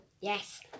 yes